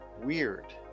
Weird